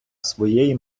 своєї